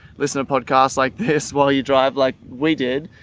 listening to podcasts like this while you drive like we did